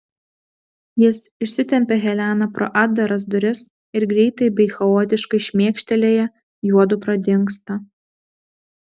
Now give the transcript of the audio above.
jis išsitempia heleną pro atdaras duris ir greitai bei chaotiškai šmėkštelėję juodu pradingsta